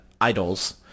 idols